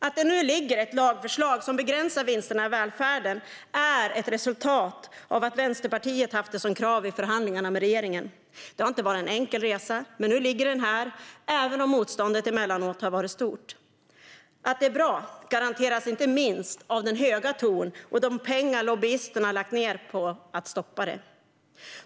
Att det nu finns ett lagförslag som begränsar vinsterna i välfärden är ett resultat av att Vänsterpartiet har haft detta som krav i förhandlingarna med regeringen. Det har inte varit en enkel resa, men nu är propositionen här, även om motståndet emellanåt varit stort. Att det är bra garanteras inte minst av den höga ton och de pengar som lobbyisterna har lagt ned på att stoppa det.